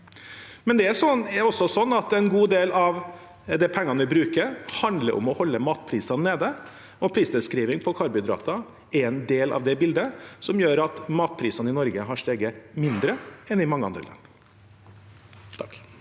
Men det er også sånn at en god del av de pengene vi bruker, handler om å holde matprisene nede, og prisnedskriving av karbohydrater er en del av det bildet som gjør at matprisene i Norge har steget mindre enn i mange andre land. Bengt